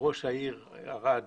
שראש העיר ערד,